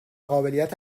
قابلیت